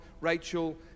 Rachel